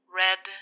red